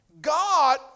God